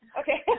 Okay